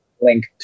link